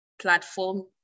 platform